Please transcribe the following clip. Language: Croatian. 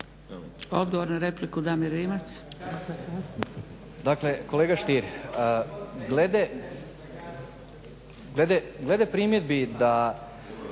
Odgovor na repliku, Damir Rimac.